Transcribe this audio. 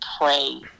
pray